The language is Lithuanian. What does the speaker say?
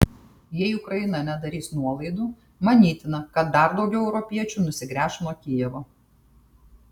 jei ukraina nedarys nuolaidų manytina kad dar daugiau europiečių nusigręš nuo kijevo